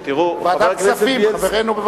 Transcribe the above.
ועדת הכספים, חברינו בוועדת הכספים.